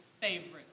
favorite